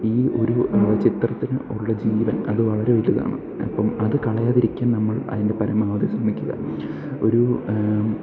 ഈ ഒരു ചിത്രത്തിന് ഉള്ള ജീവൻ അത് വളരെ വലുതാണ് അപ്പം അത് കളയാതിരിക്കാൻ നമ്മൾ അതിൻ്റെ പരമാവധി ശ്രമിക്കുക ഒരു